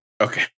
Okay